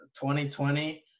2020